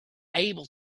unable